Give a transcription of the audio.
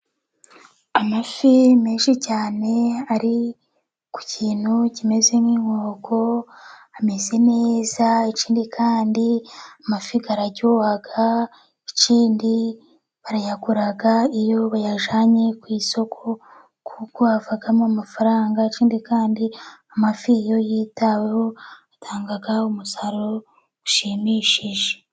Amafi menshi cyane ari ku kintu kimeze nk'inkoko, ameze neza. Ikindi kandi amafi araryoha, ikindi barayagura iyo bayajyanye ku isoko, kuko havamo amafaranga. Ikindi kandi amafi iyo yitaweho atanga umusaruro ushimishije.